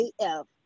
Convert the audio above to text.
AF